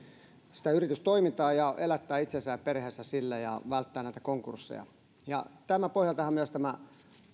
yritystoimintaa ja yrittäjien elättää itsensä ja perheensä sillä ja välttää konkursseja tämän pohjaltahan myös tämä